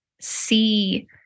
see